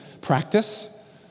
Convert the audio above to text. practice